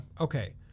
Okay